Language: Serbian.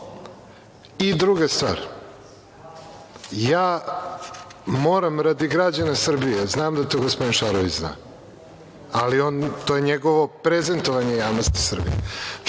stvar. Druga stvar, moram radi građana Srbije, znam da to gospodin Šarović zna, ali to je njegovo prezentovanje javnosti Srbije. Znači,